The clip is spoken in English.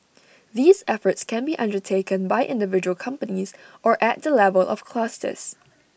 these efforts can be undertaken by individual companies or at the level of clusters